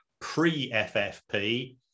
pre-FFP